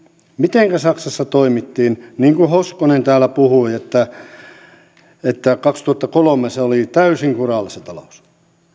mitenkä saksassa toimittiin niin kuin hoskonen täällä puhui kaksituhattakolme oli täysin kuralla se talous